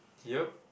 yup